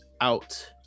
out